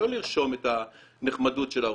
לא לרשום את הנחמדות של הרופא,